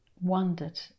wondered